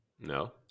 No